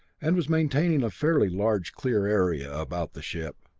and was maintaining a fairly large clear area about the ship.